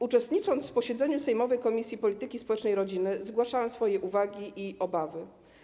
Uczestnicząc w posiedzeniu sejmowej Komisji Polityki Społecznej i Rodziny, zgłaszałam swoje uwagi i obawy.